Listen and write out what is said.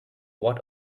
what